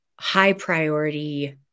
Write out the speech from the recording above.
high-priority